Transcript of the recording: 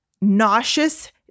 nauseous